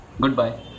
goodbye